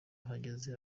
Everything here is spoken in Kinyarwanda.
ahageze